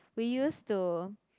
we used to